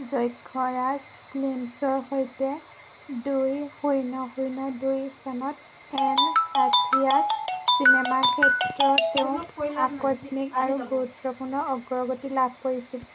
যক্ষ ৰাজ ফিল্মছৰ সৈতে দুই শূন্য শূন্য দুই চনত তেওঁ সাথিয়াত চিনেমাৰ ক্ষেত্ৰত তেওঁ আকস্মিক আৰু গুৰুত্বপূৰ্ণ অগ্ৰগতি লাভ কৰিছিল